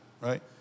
right